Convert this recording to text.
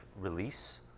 release